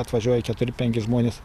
atvažiuoja keturi penki žmonės